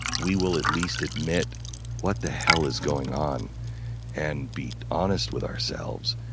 we will at least admit what the hell is going on and be honest with ourselves.